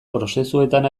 prozesuetan